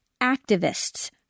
activists